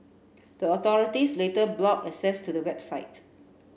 the authorities later blocked access to the website